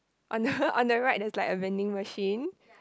on the on the right there's like a vending machine